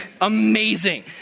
amazing